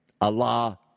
Allah